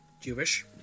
Jewish